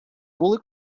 були